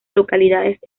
localidades